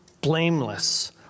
blameless